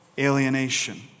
alienation